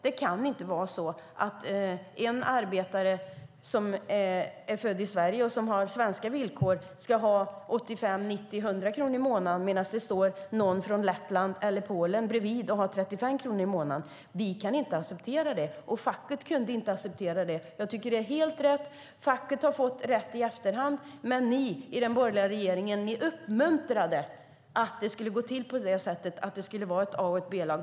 Det kan inte vara så att en arbetare som är född i Sverige och har svenska villkor ska ha 85, 90 eller 100 kronor i månaden medan det står någon från Lettland eller Polen bredvid och har 35 kronor i månaden. Vi kan inte acceptera det, och facket kunde inte acceptera det. Jag tycker att det är helt rätt. Facket har fått rätt i efterhand, men ni i den borgerliga regeringen uppmuntrade att det skulle gå till på det sättet - att det skulle vara ett A och ett B-lag.